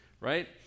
right